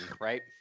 right